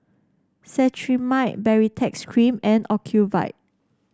Cetrimide Baritex Cream and Ocuvite